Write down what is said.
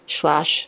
slash